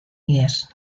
ihes